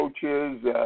coaches